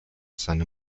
seine